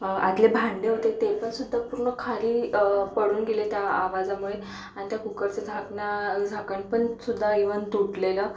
आतले भांडे होते तेपणसुद्धा पूर्ण खाली पडून गेले त्या आवाजामुळे आणि त्या कुक्करचं झाकणा झाकणपणसुद्धा ईवन तुटलेलं